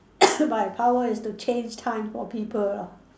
my power is to change time for people lah